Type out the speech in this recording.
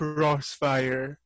Crossfire